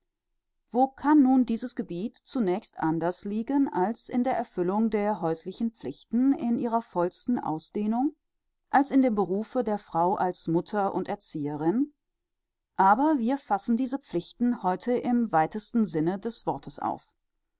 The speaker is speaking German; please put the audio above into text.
wo kann nun dieses gebiet zunächst anders liegen als in der erfüllung der häuslichen pflichten in ihrer vollsten ausdehnung als in dem berufe der frau als mutter und als erzieherin aber wir fassen diese pflichten heute im weitesten sinne des wortes auf